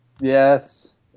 Yes